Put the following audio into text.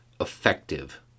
effective